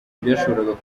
byashoboraga